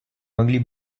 могли